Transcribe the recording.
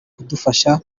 kudufasha